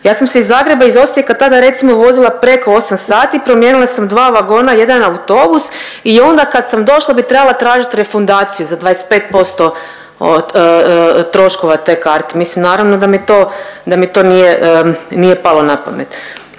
Ja sam se iz Zagreba iz Osijeka tada, recimo, vozila, preko 8 sati, promijenila sam 2 vagona i jedan autobus i onda kad sam došla bi trebala tražit refundaciju za 25% od troškova te karte, mislim naravno da mi to nije palo na pamet.